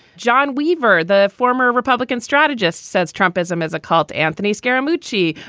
john weaver, the former republican strategist, says trump ism as a cult. anthony scare smoochie,